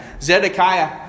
Zedekiah